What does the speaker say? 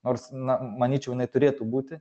nors na manyčiau jinai turėtų būti